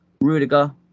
Rudiger